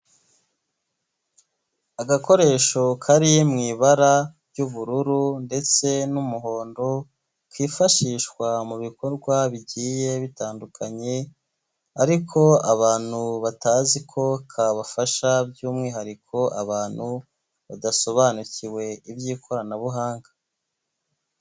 Agakoresho kari mu ibara ry'ubururu ndetse n'umuhondo kifashishwa mu bikorwa bigiye bitandukanye, ariko abantu batazi ko kabafasha by'umwihariko abantu badasobanukiwe iby'ikoranabuhanga.